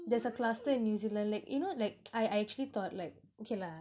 there's a cluster in new zealand like you know like I actually thought like okay lah